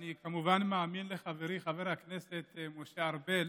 אני כמובן מאמין לחברי חבר הכנסת משה ארבל.